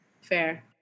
Fair